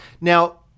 Now